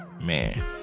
Man